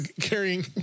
carrying